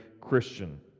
Christian